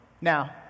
Now